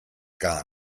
gar